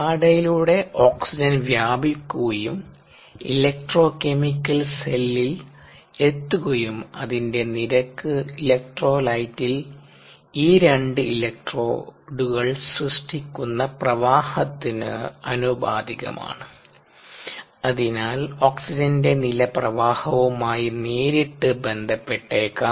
പാടയിലൂടെ oxygen വ്യാപിക്കുകയും electrochemical സെല്ലിൽ എത്തുകയും അതിൻറെ നിരക്ക് ഇലക്ട്രോലൈറ്റിൽ ഈ 2 ഇലക്ട്രോഡുകൾ സൃഷ്ടിക്കുന്ന പ്രവാഹത്തിന് ആനുപാതികമാണ് അതിനാൽ ഓക്സിജന്റെ നില പ്രവാഹവുമായി നേരിട്ട് ബന്ധപ്പെട്ടേക്കാം